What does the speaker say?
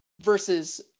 versus